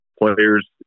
players